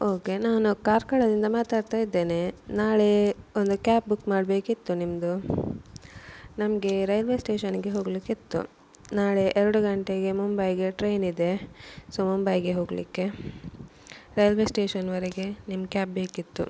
okay ನಾನು ಕಾರ್ಕಳದಿಂದ ಮಾತಾಡ್ತಾ ಇದ್ದೇನೆ ನಾಳೆ ಒಂದು ಕ್ಯಾಬ್ ಬುಕ್ ಮಾಡಬೇಕಿತ್ತು ನಿಮ್ಮದು ನಮಗೆ ರೈಲ್ವೆ ಸ್ಟೇಷನ್ನಿಗೆ ಹೋಗಲಿಕ್ಕಿತ್ತು ನಾಳೆ ಎರಡು ಗಂಟೆಗೆ ಮುಂಬೈಗೆ ಟ್ರೈನಿದೆ ಸೊ ಮುಂಬೈಗೆ ಹೋಗಲಿಕ್ಕೆ ರೈಲ್ವೆ ಸ್ಟೇಷನ್ವರೆಗೆ ನಿಮ್ಮ ಕ್ಯಾಬ್ ಬೇಕಿತ್ತು